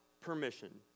permission